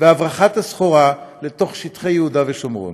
ובהברחת הסחורה לתוך שטחי יהודה ושומרון.